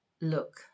look